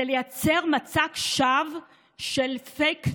זה לייצר מצג שווא של פייק תחרות,